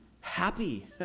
happy